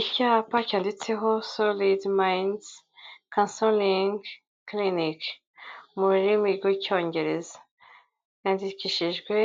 Icyapa cyanditseho Solid Minds Counselling Clinic mu rurimi rw'icyongereza, yandikishijwe